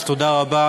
אז תודה רבה.